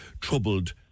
troubled